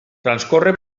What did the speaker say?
transcorre